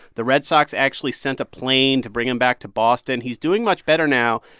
the red sox actually sent a plane to bring him back to boston. he's doing much better now.